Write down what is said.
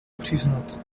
přiznat